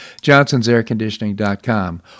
johnsonsairconditioning.com